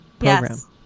Yes